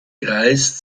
kreis